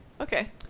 Okay